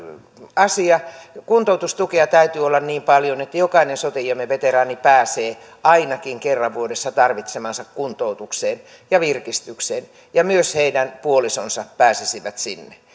asia kuntoutustukea täytyy olla niin paljon että jokainen sotiemme veteraani pääsee ainakin kerran vuodessa tarvitsemaansa kuntoutukseen ja virkistykseen ja myös heidän puolisonsa pääsisivät sinne